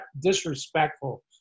disrespectful